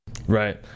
Right